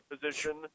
position